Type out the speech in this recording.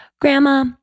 grandma